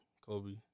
Kobe